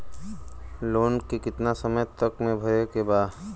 Loan के कितना समय तक मे भरे के बा?